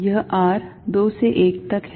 यह r 2 से 1 तक है